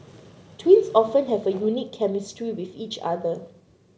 twins often have a unique chemistry with each other